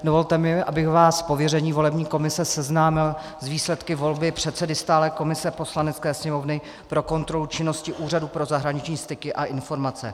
Dovolte mi, abych vás z pověření volební komise seznámil s výsledky volby předsedy stálé komise Poslanecké sněmovny pro kontrolu činnosti Úřadu pro zahraniční styky a informace.